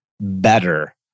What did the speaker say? better